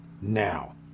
now